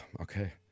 okay